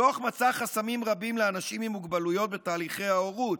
הדוח מצא חסמים רבים לאנשים עם מוגבלויות בתהליכי ההורות.